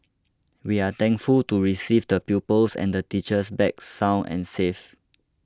we are thankful to receive the pupils and the teachers back sound and safe